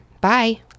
Bye